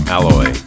Alloy